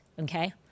okay